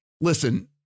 listen